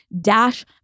Dash